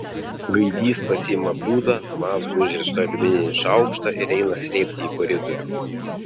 gaidys pasiima bliūdą mazgu užrištą aliumininį šaukštą ir eina srėbti į koridorių